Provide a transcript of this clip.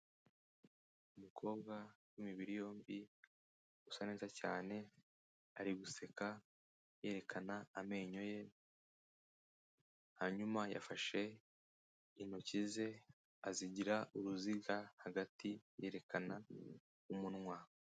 Umukobwa w'imibiri yombi usa neza cyane, ari guseka yerekana amenyo ye, hanyuma yafashe intoki ze azigira uruziga hagati yerekana umunwa.